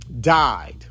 died